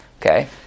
Okay